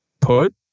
put